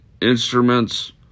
instruments